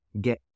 get